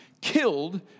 killed